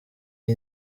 iyi